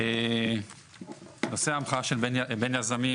נושא ההמחאה בין יזמים,